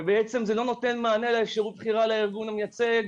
ושלא נותנים אפשרות בחירה לארגון המייצג,